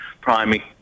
primary